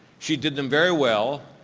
she did them very well,